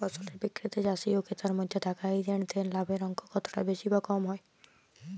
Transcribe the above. ফসলের বিক্রিতে চাষী ও ক্রেতার মধ্যে থাকা এজেন্টদের লাভের অঙ্ক কতটা বেশি বা কম হয়?